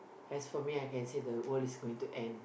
as for me I can say the world is going to end